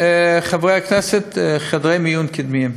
חברי הכנסת, הקמתי הרבה חדרי מיון קדמיים,